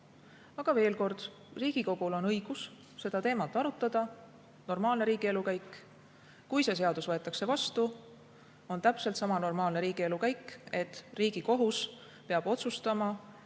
Aga veel kord: Riigikogul on õigus seda teemat arutada. See on normaalne riigielu käik. Kui see seadus võetakse vastu, on täpselt sama normaalne riigielu käik, et Riigikohus peab otsustama, kas